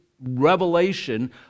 revelation